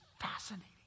fascinating